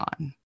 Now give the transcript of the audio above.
on